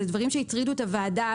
אלה דברים שהטרידו את הוועדה,